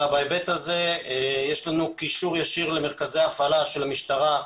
יש לנו קישור ישיר למרכזי הפעלה של המשטרה,